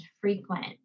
frequent